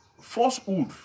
falsehood